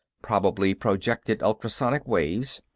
probably projected ultrasonic waves.